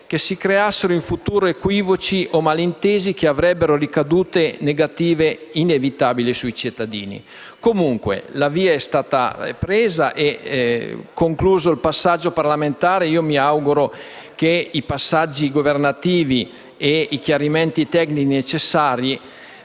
che si creassero in futuro equivoci o malintesi che avrebbe ricadute negative inevitabili sugli cittadini. Comunque la via è stata presa e, concluso il passaggio parlamentare, mi auguro che i passaggi governativi e i chiarimenti tecnici necessari